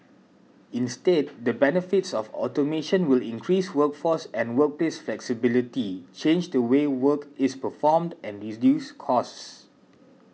instead the benefits of automation will increase workforce and workplace flexibility change the way work is performed and reduce costs